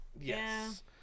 Yes